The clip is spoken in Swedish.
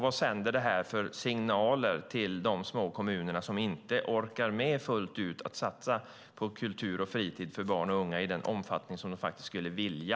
Vad sänder det för signaler till de små kommunerna som inte fullt ut orkar med att satsa på kultur och fritid för barn och unga i den omfattning som de faktiskt skulle vilja?